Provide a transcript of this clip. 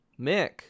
Mick